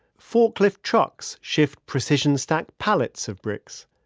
forklift trucks shift precision stack pallets of bricks.